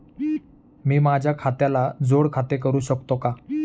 मी माझ्या खात्याला जोड खाते करू शकतो का?